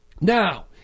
Now